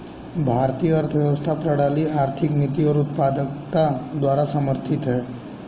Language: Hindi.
भारतीय अर्थव्यवस्था प्रणाली आर्थिक नीति और उत्पादकता द्वारा समर्थित हैं